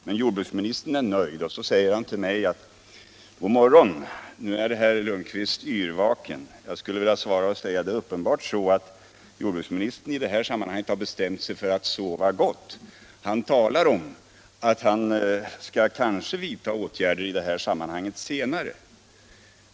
Men jordbruksministern är nöjd och säger till mig: ”God morgon, nu är herr Lundkvist yrvaken.” Jag skulle i stället vilja säga att det uppenbarligen är så att jordbruksministern i detta sammanhang har bestämt sig för att sova gott. Han talar om att han kanske senare skall vidta åtgärder.